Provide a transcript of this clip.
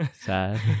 sad